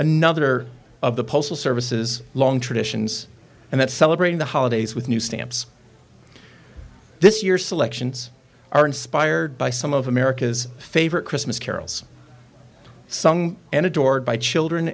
another of the postal services long traditions and that celebrating the holidays with new stamps this year selections are inspired by some of america's favorite christmas carols sung and adored by children